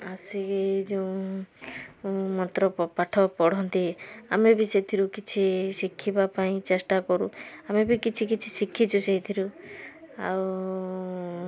ଆସିକି ଯେଉଁ ମନ୍ତ୍ର ପାଠ ପଢ଼ନ୍ତି ଆମେ ବି ସେଥିରୁ କିଛି ଶିଖିବା ପାଇଁ ଚେଷ୍ଟା କରୁ ଆମେ ବି କିଛି କିଛି ଶିଖିଛୁ ସେଇଥିରୁ ଆଉ